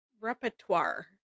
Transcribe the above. repertoire